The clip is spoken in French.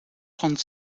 trente